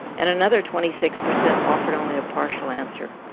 and another twenty six percent offered only a partial answer.